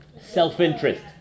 self-interest